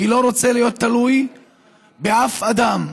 כי אני לא רוצה להיות תלוי באף אדם.